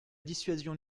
dissuasion